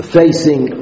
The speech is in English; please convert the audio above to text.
facing